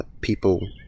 people